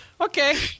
Okay